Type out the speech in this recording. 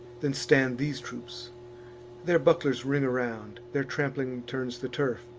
than stand these troops their bucklers ring around their trampling turns the turf,